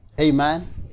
Amen